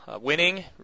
winning